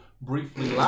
briefly